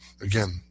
Again